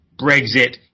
Brexit